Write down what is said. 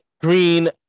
Green